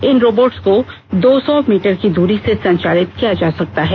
इन robots को दो सौ मीटर की दूरी से संचालित किया जा सकता है